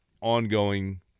ongoing